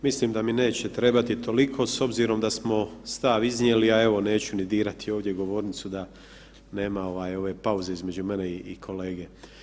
Mislim da mi neće trebati toliko s obzirom da smo stav iznijeli, a evo neću ni dirati ovdje govornicu da nema ovaj ove pauze između mene i kolege.